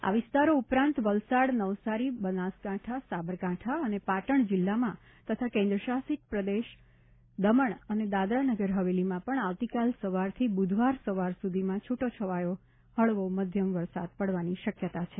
આ વિસ્તારો ઉપરાંત વલસાડ નવસારી બનાસકાંઠા સાબરકાંઠા અને પાટણ જિલ્લામાં તથા કેન્દ્ર શાસિત પ્રદેશ દમણ અને દાદરા નગર હવેલીમાં પણ આવતીકાલ સવારથી બૂધવાર સવાર સુધીમાં છૂટો છવાયો હળવાથી મધ્યમ વરસાદ પડવાની શક્યતા છે